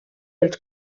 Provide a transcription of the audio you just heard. els